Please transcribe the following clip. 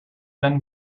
been